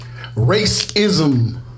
Racism